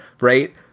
right